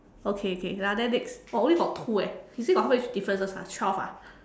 okay okay ya then next oh only got two eh he say got how many differences ah twelve ah